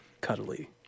cuddly